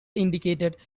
indicated